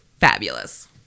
fabulous